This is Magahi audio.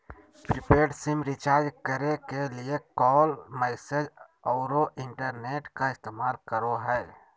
प्रीपेड सिम रिचार्ज करे के लिए कॉल, मैसेज औरो इंटरनेट का इस्तेमाल करो हइ